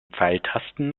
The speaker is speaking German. pfeiltasten